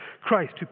Christ